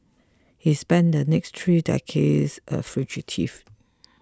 he spent the next three decades a fugitive